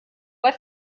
bei